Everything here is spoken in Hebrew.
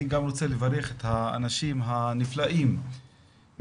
אני גם רוצה לברך את האנשים הנפלאים מבועיינה